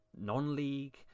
non-league